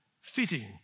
fitting